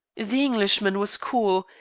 the englishman was cool,